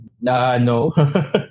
No